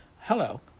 Hello